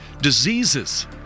diseases